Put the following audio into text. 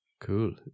Cool